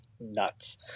nuts